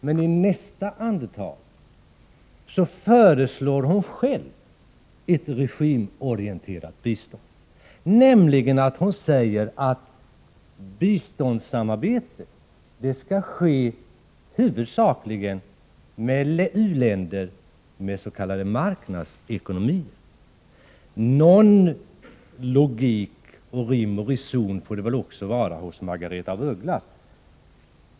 Men i nästa andetag föreslår hon själv ett regimorienterat bistånd, nämligen när hon säger att biståndssamarbete skall ske huvudsakligen med u-länder med s.k. marknadsekonomi. Någon logik, något litet rim och reson får det väl också vara hos Margaretha af Ugglas!